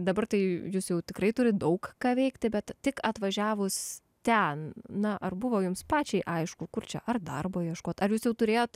dabar tai jūs jau tikrai turit daug ką veikti bet tik atvažiavus ten na ar buvo jums pačiai aišku kur čia ar darbo ieškot ar jūs jau turėjot